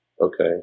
okay